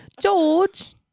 George